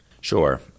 Sure